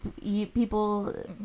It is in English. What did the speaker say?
people